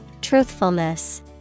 Truthfulness